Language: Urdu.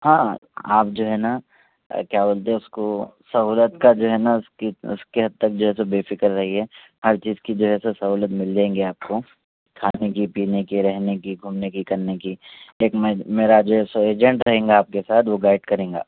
ہاں آپ جو ہے نا کیا بولتے اس کو سہولت کا جو ہے نا اس کی اس کے حد تک جو ہے سو بے فکر رہیے ہر چیز کی جو ہے سو سہولت مل جائے گی آپ کو کھانے کی پینے کی رہنے کی گھومنے کی کرنے کی ایک میں میرا جو ہے سو ایجنٹ رہے گا آپ کے ساتھ وہ گائیڈ کرے گا